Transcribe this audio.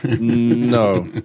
No